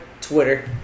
Twitter